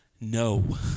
no